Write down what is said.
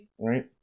Right